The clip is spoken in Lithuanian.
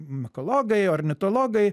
mikalogai ornitologai